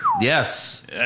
Yes